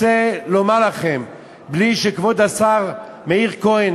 עבדכם הנאמן,